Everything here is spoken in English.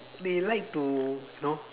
they like to you know